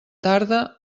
tarda